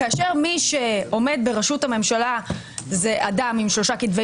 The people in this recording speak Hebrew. זאת כאשר מי שעומד בראשות הממשלה זה אדם עם שלושה כתבי